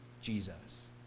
Jesus